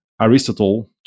Aristotle